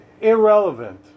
irrelevant